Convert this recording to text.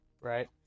Right